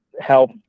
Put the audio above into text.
help